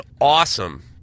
awesome